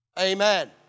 Amen